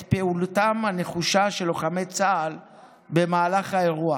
פעילותם הנחושה של לוחמי צה"ל במהלך האירוע.